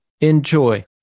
Enjoy